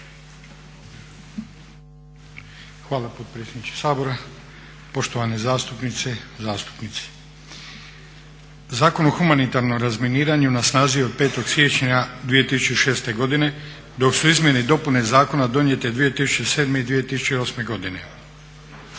Hvala potpredsjedniče Sabora. Poštovane zastupnice i zastupnici. Zakon o humanitarnom razminiranju na snazi je od 5. siječnja 2006. godine, dok su izmjene i dopune zakona donijete 2007. i 2008. godine.